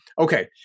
Okay